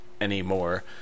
anymore